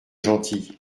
gentil